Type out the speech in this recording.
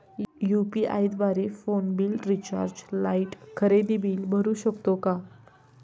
UPI द्वारे phone bill, recharge, light, खरेदी bill भरू शकतो का?